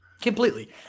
Completely